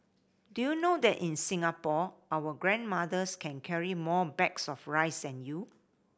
do you know that in Singapore our grandmothers can carry more bags of rice than you